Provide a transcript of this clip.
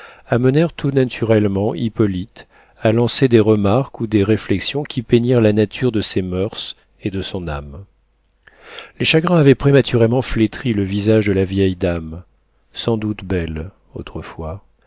amenèrent tout naturellement hippolyte à lancer des remarques ou des réflexions qui peignirent la nature de ses moeurs et de son âme les chagrins avaient prématurément flétri le visage de la vieille dame sans doute belle autrefois